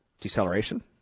deceleration